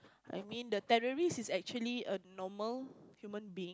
I mean the terrorist is actually a normal human being